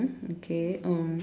okay um